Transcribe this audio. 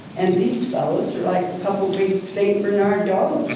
and these fellas are like a couple big st. bernard dogs.